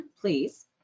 please